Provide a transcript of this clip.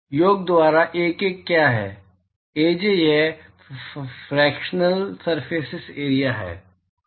योग द्वारा एके क्या है अज यह फ्रेकशेनल सरफेस एरिया है